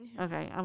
Okay